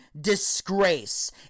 disgrace